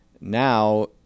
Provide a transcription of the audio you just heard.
Now